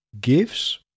gifts